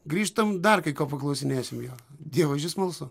grįžtam dar kai ko paklausinėsim jo dievaži smalsu